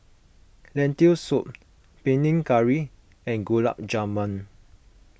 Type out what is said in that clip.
Lentil Soup Panang Curry and Gulab Jamun